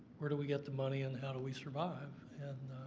where do we get the money and how do we survive? and,